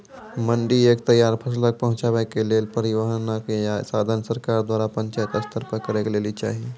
मंडी तक तैयार फसलक पहुँचावे के लेल परिवहनक या साधन सरकार द्वारा पंचायत स्तर पर करै लेली चाही?